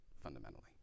fundamentally